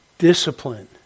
Discipline